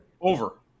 Over